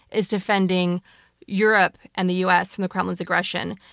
is defending europe and the us from the kremlin's aggression.